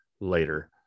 later